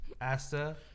Asta